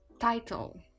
title